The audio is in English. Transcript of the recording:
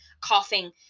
coughing